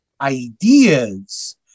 ideas